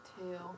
Two